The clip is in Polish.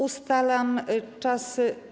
Ustalam czas.